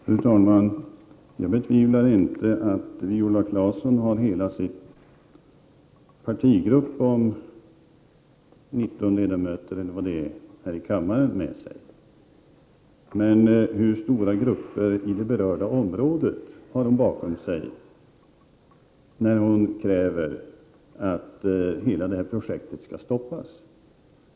Fru talman! Jag betvivlar inte att Viola Claesson har hela sin partigrupp om 21 ledamöter här i kammaren med sig, men hur stora grupper i det berörda området har hon bakom sig när hon kräver att hela det här projektet skall stoppas?